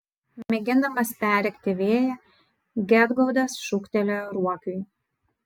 mėgindamas perrėkti vėją gedgaudas šūktelėjo ruokiui